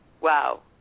Wow